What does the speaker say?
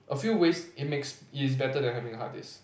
a few ways it makes is better than having a hard disk